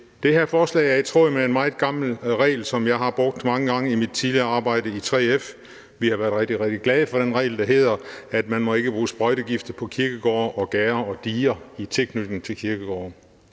Det her forslag er i tråd med en meget gammel regel, som jeg har brugt mange gange i mit tidligere arbejde i 3F. Vi har været rigtig, rigtig glade for den regel, der hedder, at man ikke må bruge sprøjtegifte på kirkegårde og gærder og diger i tilknytning til kirkegårde.